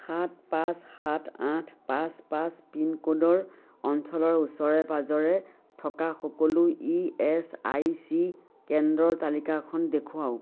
সাত পাঁচ সাত আঠ পাঁচ পাঁচ পিনক'ডৰ অঞ্চলৰ ওচৰে পাঁজৰে থকা সকলো ই এচ আই চি কেন্দ্ৰৰ তালিকাখন দেখুৱাওক